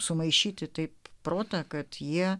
sumaišyti taip protą kad jie